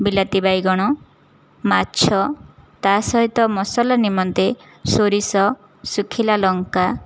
ବିଲାତିବାଇଗଣ ମାଛ ତା' ସହିତ ମସଲା ନିମନ୍ତେ ସୋରିଷ ଶୁଖିଲାଲଙ୍କା